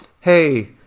hey